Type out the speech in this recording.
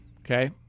Okay